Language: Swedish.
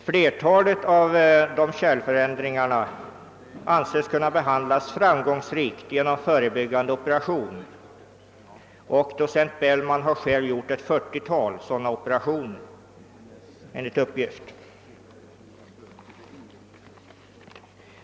Flertalet av dessa kärlförändringar anses kunna behandlas framgångsrikt genom förebyggande operation, och docent Bellman har enligt uppgift själv gjort ett 40-tal sådana.